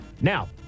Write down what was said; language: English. Now